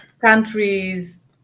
countries